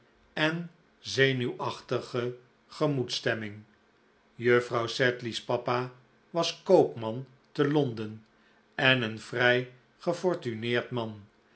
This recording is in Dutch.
en zenuwachtige gemoedsstemming juffrouw sedlcy's papa was koopman tc londcn en ecn vrij gefortuneerd man